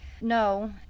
No